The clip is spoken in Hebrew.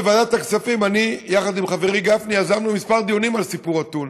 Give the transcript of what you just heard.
בוועדת הכספים אני וחברי גפני יזמנו יחד כמה דיונים על סיפור הטונה.